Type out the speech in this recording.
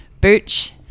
Booch